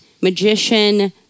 magician